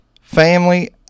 Family